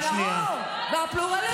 הנאור והפלורליסטי,